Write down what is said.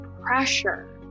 pressure